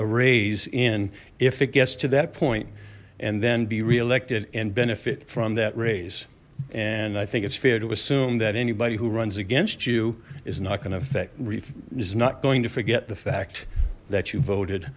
arrays in if it gets to that point and then be reelected and benefit from that raise and i think it's fair to assume that anybody who runs against you is not going to affect this is not going to forget the fact that you voted